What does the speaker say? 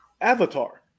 Avatar